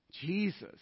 Jesus